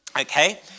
Okay